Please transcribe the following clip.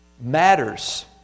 matters